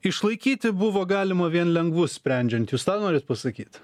išlaikyti buvo galima vien lengvus sprendžiant jūs tą norit pasakyt